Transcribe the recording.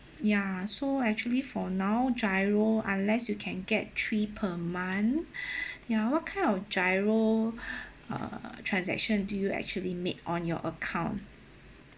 ya so actually for now GIRO unless you can get three per month ya what kind of GIRO uh transaction do you actually made on your account